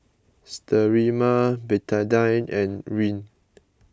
Sterimar Betadine and Rene